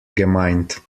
gemeint